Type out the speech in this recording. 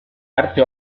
arte